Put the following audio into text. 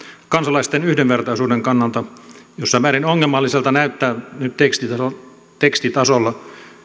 kansalaisten yhdenvertaisuuden kannalta jossain määrin ongelmalliselta näyttää nyt tekstitasolla tekstitasolla